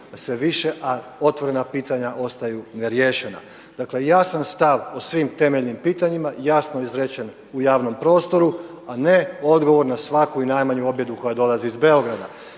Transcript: sve više, a otvorena pitanja ostaju neriješena. Dakle jasan stav o svim temeljnim pitanjima, jasno izrečen u javnom prostoru, a ne odgovor na svaku i najmanju objedu koja dolazi iz Beograda.